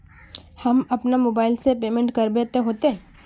हम अपना मोबाईल से पेमेंट करबे ते होते?